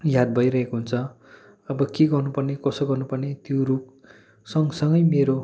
याद भइरहेको हुन्छ अब के गर्नुपर्ने कसो गर्नुपर्ने त्यो रुख सँग सँगै मेरो